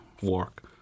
work